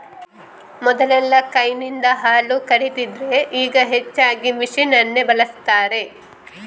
ಮೊದಲೆಲ್ಲಾ ಕೈನಿಂದ ಹಾಲು ಕರೀತಿದ್ರೆ ಈಗ ಹೆಚ್ಚಾಗಿ ಮೆಷಿನ್ ಅನ್ನೇ ಬಳಸ್ತಾರೆ